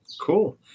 cool